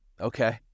Okay